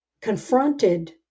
confronted